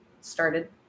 started